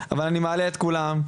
אז אני מעלה את כולם,